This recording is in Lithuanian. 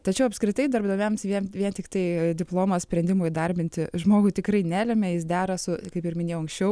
tačiau apskritai darbdaviams vien vien tiktai diplomas sprendimo įdarbinti žmogų tikrai nelemia jis dera su kaip ir minėjau anksčiau